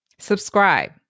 subscribe